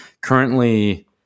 Currently